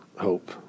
hope